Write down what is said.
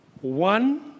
one